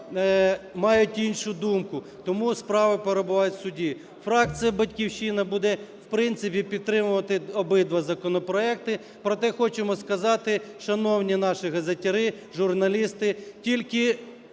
мають іншу думку, тому справи перебувають в суді. Фракція "Батьківщина" буде в принципі підтримувати обидва законопроекти, проте хочемо сказати, шановні наші газетярі, журналісти, тільки